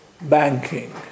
banking